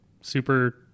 super